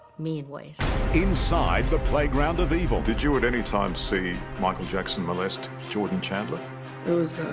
mede ways inside the playground of evil. did you at any time see michael jackson? molest jordan chandler it was